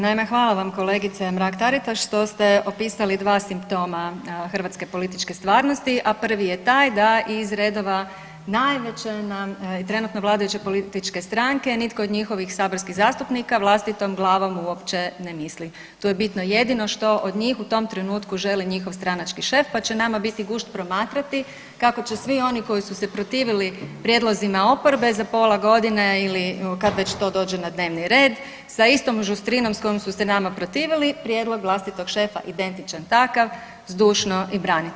Naime, hvala vam kolegice Mrak-Taritaš što ste opisali dva simptoma hrvatske političke stvarnosti, a prvi je taj da iz redova najveće nam i trenutno vladajuće političke stranke nitko od njihovih saborskih zastupnika vlastitom glavom uopće ne misli, to je bitno, jedino što od njih u tom trenutku želi njihov stranački šef, pa će nama biti gušt promatrati kako će svi oni koji su se protivili prijedlozima oporbe za pola godine ili kad već to dođe na dnevni red sa istom žustrinom s kojom su se nama protivili prijedlog vlastitog šefa identičan takav zdušno i braniti.